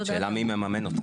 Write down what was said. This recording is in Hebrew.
השאלה מי ממן.